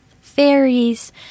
fairies